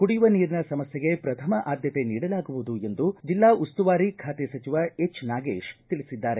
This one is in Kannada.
ಕುಡಿಯುವ ನೀರಿನ ಸಮಸ್ಥೆಗೆ ಪ್ರಥಮ ಆದ್ದತೆ ನೀಡಲಾಗುವುದು ಎಂದು ಜಿಲ್ಲಾ ಉಸ್ತುವಾರಿ ಖಾತೆ ಸಚಿವ ಎಚ್ ನಾಗೇಶ್ ತಿಳಿಸಿದ್ದಾರೆ